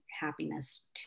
happiness